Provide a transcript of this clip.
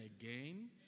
again